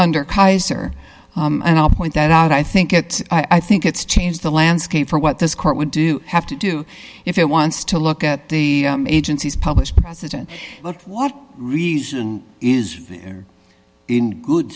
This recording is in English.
under keyser and i'll point that out i think it i think it's changed the landscape for what this court would do have to do if it wants to look at the agency's published president what reason is there in good